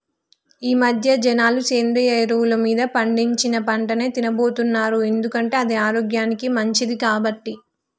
ఈమధ్య జనాలు సేంద్రియ ఎరువులు మీద పండించిన పంటనే తిన్నబోతున్నారు ఎందుకంటే అది ఆరోగ్యానికి మంచిది కాబట్టి